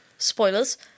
Spoilers